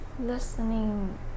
Listening